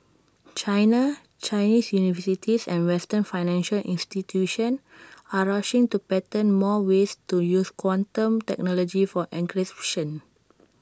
China Chinese universities and western financial institutions are rushing to patent more ways to use quantum technology for encryption